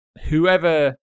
whoever